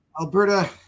Alberta